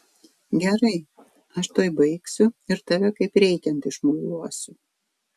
gerai aš tuoj baigsiu ir tave kaip reikiant išmuiluosiu